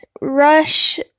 rush